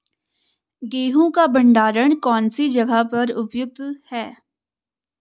गेहूँ का भंडारण कौन सी जगह पर उपयुक्त है?